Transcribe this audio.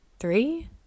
three